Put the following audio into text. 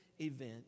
event